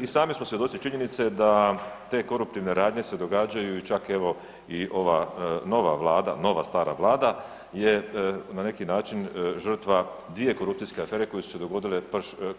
I sami smo svjedoci činjenice da te koruptivne radnje se događaju i čak evo i ova nova stara Vlada je na neki način žrtva dvije korupcijske afere koje su se dogodile